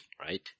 Right